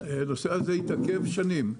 הנושא הזה התעכב שנים.